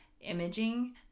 imaging